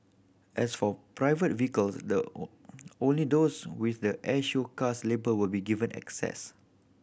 as for private vehicles the only those with the air show cars label will be given access